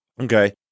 Okay